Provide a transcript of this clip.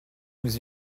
nous